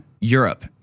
Europe